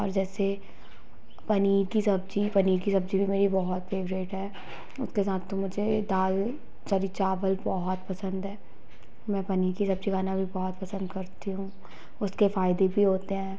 और जैसे पनीर की सब्जी पनीर की सब्जी भी मेरी बहुत फेवरेट है उसके साथ तो मुझे दाल सॉरी चावल बहुत पसंद है मैं पनीर की सब्जी खाना भी बहुत पसंद करती हूँ उसके फायदे भी होते हैं